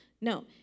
No